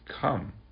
come